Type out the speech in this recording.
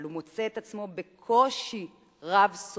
אבל הוא מוצא את עצמו בקושי רב שורד.